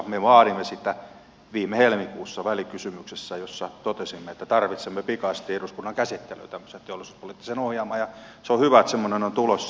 me vaadimme sitä viime helmikuussa välikysymyksessä jossa totesimme että tarvitsemme pikaisesti eduskunnan käsittelyyn tämmöisen teollisuuspoliittisen ohjelman ja se on hyvä että semmoinen on tulossa